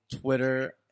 Twitter